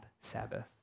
Sabbath